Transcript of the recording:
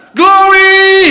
glory